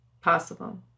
possible